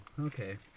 Okay